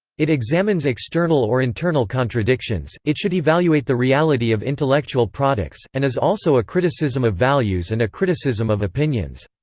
it examines external or internal contradictions, it should evaluate the reality of intellectual products, and is also a criticism of values and a criticism of opinions.